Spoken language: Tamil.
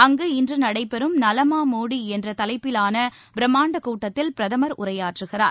அங்கு இன்று நடைபெறும் நலமா மோடி என்ற தலைப்பிலான பிரம்மாண்ட கூட்டத்தில் பிரதமர் உரையாற்றுகிறார்